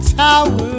tower